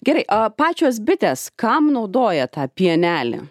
gerai o pačios bitės kam naudoja tą pienelį